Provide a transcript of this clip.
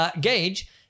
Gage